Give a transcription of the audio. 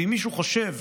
ואם מישהו חושב,